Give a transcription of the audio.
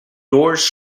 doors